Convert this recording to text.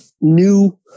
new